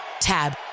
TAB